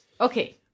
Okay